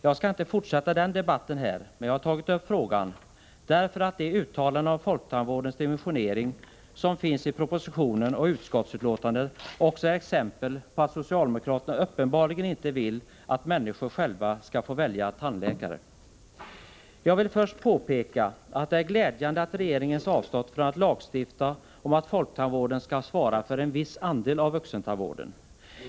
Jag skall inte fortsätta den debatten här, men jag har tagit upp frågan därför att de uttalanden om folktandvårdens dimensionering som finns i propositionen och i utskottsbetänkandet också är exempel på att socialdemokraterna uppenbarligen inte vill att människor själva skall få välja tandläkare. Jag vill först påpeka att det är glädjande att regeringen avstått från att lagstifta om att folktandvården skall svara för en viss andel av vuxentandvården.